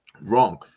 Wrong